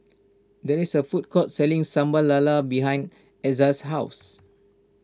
there is a food court selling Sambal Lala behind Exa's house